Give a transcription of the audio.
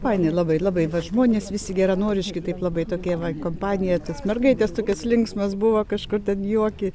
faini labai labai žmonės visi geranoriški taip labai tokie va kompanija tos mergaitės tokias linksmas buvo kažkur ten juoki